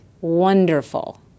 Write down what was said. wonderful